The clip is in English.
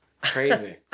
crazy